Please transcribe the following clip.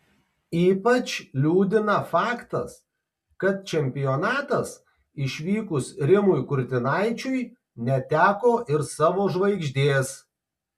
ypač liūdina faktas kad čempionatas išvykus rimui kurtinaičiui neteko ir savo žvaigždės